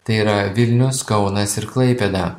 tai yra vilnius kaunas ir klaipėda